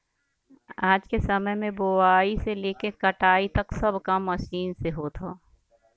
आज के समय में बोआई से लेके कटाई तक सब काम मशीन से होत हौ